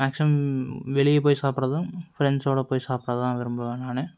maximum வெளியே போய் சாப்பிட்றதும் ஃப்ரெண்ட்ஸ்சோடு போய் சாப்பிடதான் விரும்புவேன் நான்